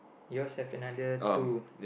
yours have another two